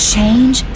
Change